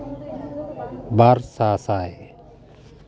ᱵᱟᱨ ᱥᱟᱥᱟᱭ